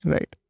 Right